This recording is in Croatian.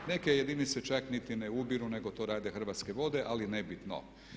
Neke jedinice čak niti ne ubiru nego to rade Hrvatske vode, ali nebitno.